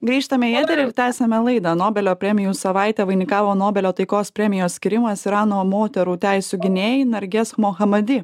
grįžtame į eterį ir tęsiame laidą nobelio premijų savaitę vainikavo nobelio taikos premijos skyrimas irano moterų teisių gynėjai narges mohamadi